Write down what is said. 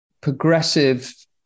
progressive